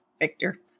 Victor